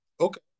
okay